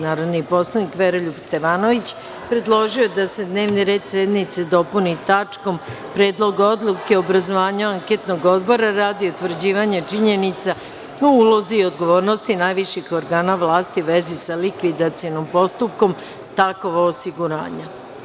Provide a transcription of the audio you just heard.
Narodni poslanik Veroljub Stevanović predložio je da se dnevni sednice dopuni tačkom – Predlog odluke o obrazovanju anketnog odbora, radi utvrđivanja činjenica o ulozi i odgovornosti najviših organa vlasti u vezi sa likvidacionim postupkom „Takovo osiguranja“